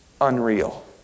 unreal